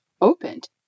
opened